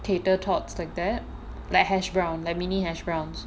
tater tots like that like hash brown mini hash browns